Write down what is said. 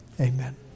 amen